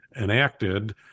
enacted